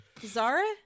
Zara